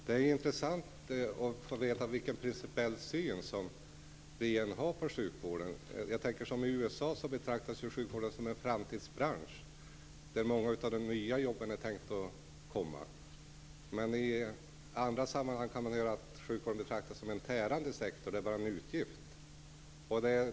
Herr talman! Det är intressant att få veta vad som är regeringens syn på sjukvården. I USA betraktas sjukvården som en framtidsbransch där det är tänkt att många av de nya jobben skall komma. Men i andra sammanhang kan man höra att sjukvården betraktas som en tärande sektor, som enbart en utgift.